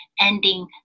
ending